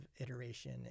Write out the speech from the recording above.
iteration